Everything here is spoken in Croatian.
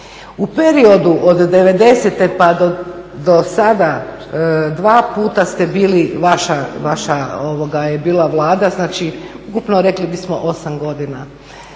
U periodu od '90. pa do sada dva puta je bila vaša Vlada, znači ukupno rekli bismo 8 godina.